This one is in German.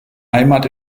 heimat